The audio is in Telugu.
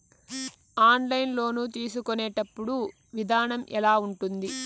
ఆన్లైన్ లోను తీసుకునేటప్పుడు విధానం ఎలా ఉంటుంది